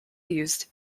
used